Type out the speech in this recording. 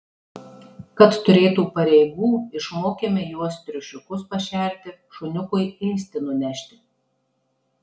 kad turėtų pareigų išmokėme juos triušiukus pašerti šuniukui ėsti nunešti